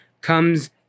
comes